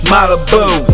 Malibu